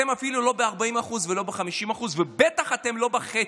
אתם אפילו לא ב-40% ולא ב-50%, ובטח אתם לא בחצי.